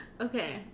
Okay